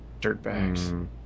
Dirtbags